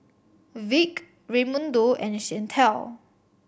Vick Raymundo and Chantel